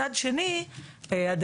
מצד שני הדיינים,